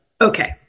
Okay